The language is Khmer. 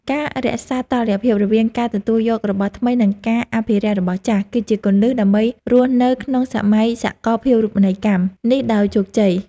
ការរក្សាតុល្យភាពរវាងការទទួលយករបស់ថ្មី និងការអភិរក្សរបស់ចាស់ គឺជាគន្លឹះដើម្បីរស់នៅក្នុងសម័យសកលភាវូបនីយកម្មនេះដោយជោគជ័យ។